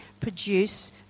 produce